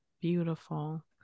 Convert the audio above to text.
beautiful